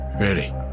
Ready